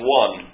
one